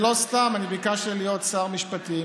לא סתם ביקשתי להיות שר משפטים,